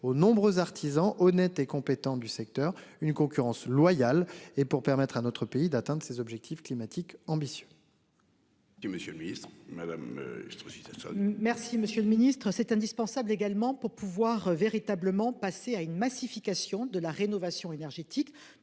aux nombreux artisans honnêtes et compétents du secteur une concurrence loyale et pour permettre à notre pays d'atteindre ses objectifs climatiques ambitieux. Monsieur le Ministre Mesdames Estrosi Sassone. Merci Monsieur le Ministre, c'est indispensable également pour pouvoir véritablement passer à une massification de la rénovation énergétique.